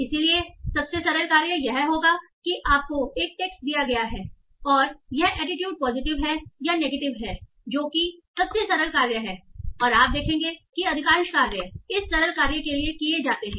इसलिए सबसे सरल कार्य यह होगा कि आपको एक टेक्स्ट दिया गया है और यह एटीट्यूड पॉजिटिव है या नेगेटिव है जो कि सबसे सरल कार्य है और आप देखेंगे कि अधिकांश कार्य इस सरल कार्य के लिए किए जाते हैं